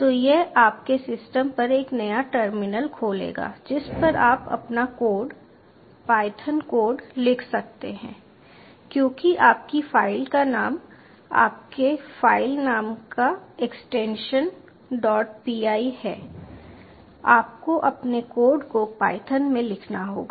तो यह आपके सिस्टम पर एक नया टर्मिनल खोलेगा जिस पर आप अपना कोड पायथन कोड लिख सकते हैं क्योंकि आपकी फ़ाइल का नाम आपके फ़ाइल नाम का एक्सटेंशन dot py है आपको अपने कोड को पायथन में लिखना होगा